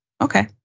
Okay